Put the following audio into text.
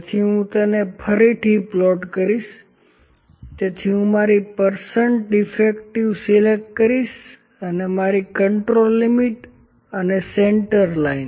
તેથી હું તેને ફરીથી પ્લોટ કરીશ તેથી હું મારી પરસન્ટ ડિફેક્ટિવ સિલેક્ટ કરીશ અને મારી કન્ટ્રોલ લિમિટ અને સેન્ટર લાઇન